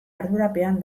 ardurapean